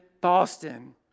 Boston